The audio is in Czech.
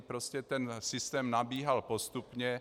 Prostě ten systém nabíhal postupně.